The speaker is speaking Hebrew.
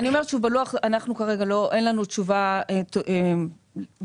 היום בחוק אין חובה לתת